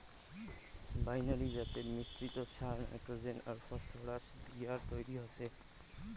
binary জাতের মিশ্রিত সার নাইট্রোজেন আর ফসফরাস দিয়াত তৈরি হসে